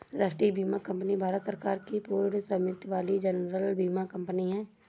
राष्ट्रीय बीमा कंपनी भारत सरकार की पूर्ण स्वामित्व वाली जनरल बीमा कंपनी है